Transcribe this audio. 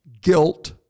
Guilt